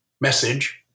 message